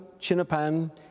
Chinapan